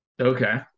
Okay